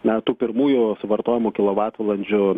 na tų pirmųjų suvartojamų kilovatvalandžių